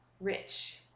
rich